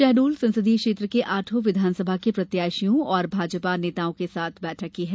शहडोल संसदीय क्षेत्र के आठों विघानसभा के प्रत्याशियों और भाजपा नेताओं के साथ बैठक की है